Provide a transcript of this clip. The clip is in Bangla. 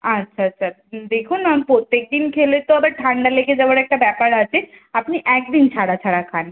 আচ্ছা আচ্ছা দেখুন প্রত্যেক দিন খেলে তো আবার ঠান্ডা লেগে যাওয়ার একটা ব্যাপার আছে আপনি এক দিন ছাড়া ছাড়া খান